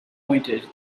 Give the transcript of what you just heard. pointed